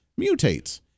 mutates